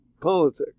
politics